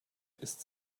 ist